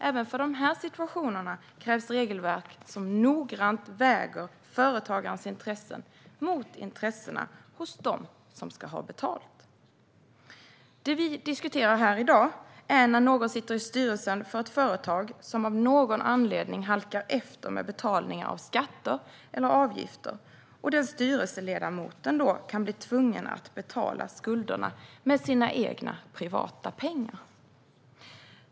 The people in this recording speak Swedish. Även för de situationerna krävs regelverk som noggrant väger företagarens intressen mot intressena hos dem som ska ha betalt. Det vi diskuterar här i dag är när någon sitter i styrelsen för ett företag som av någon anledning halkar efter med betalningar av skatter eller avgifter och den styrelseledamoten kan bli tvungen att betala skulderna med sina egna privata pengar.